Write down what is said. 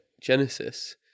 Genesis